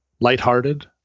lighthearted